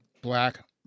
black